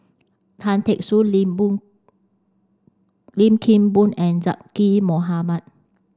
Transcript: Tan Teck Soon Lim Boon Lim Kim Boon and Zaqy Mohamad